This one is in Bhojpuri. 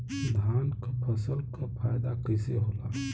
धान क फसल क फायदा कईसे होला?